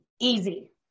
easy